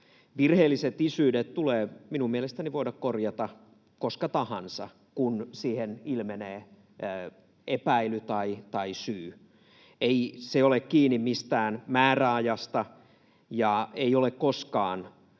Virheelliset isyydet tulee minun mielestäni voida korjata koska tahansa, kun siihen ilmenee epäily tai syy. Ei se ole kiinni mistään määräajasta, ja ei ole koskaan